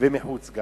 וגם מחוץ?